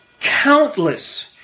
countless